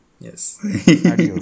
yes